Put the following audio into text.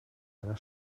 einer